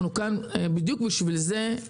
אנחנו כאן בדיוק בשביל זה.